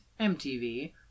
MTV